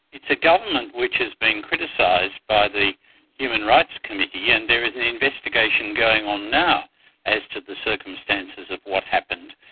it's the government which is being criticised by the human rights committee, and there is an investigation going on now as to the circumstances of what happened.